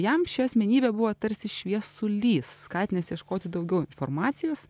jam ši asmenybė buvo tarsi šviesulys skatinęs ieškoti daugiau informacijos